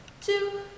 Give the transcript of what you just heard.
two